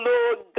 Lord